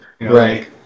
Right